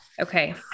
Okay